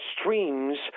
streams